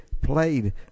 played